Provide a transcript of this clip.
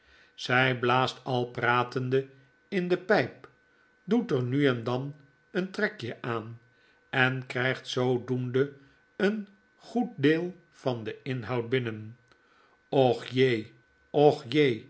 zg blaast al pratende in de pflp doet er nu en dan een trekje aan en krjjgt zoodoende een goed deel van den inhoud binnen och je och